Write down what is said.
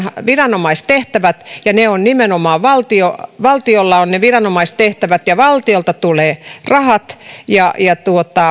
viranomaistehtävät ja nimenomaan valtiolla valtiolla on ne viranomaistehtävät ja valtiolta tulevat rahat